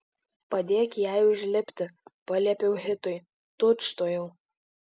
padėk jai užlipti paliepiau hitui tučtuojau